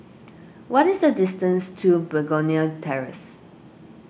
what is the distance to Begonia Terrace